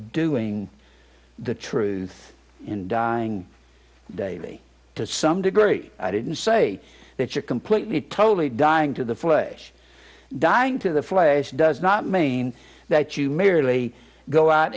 doing the truth in dying daily to some degree i didn't say that you're completely totally dying to the full a dying to the flesh does not mean that you merely go out